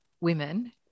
women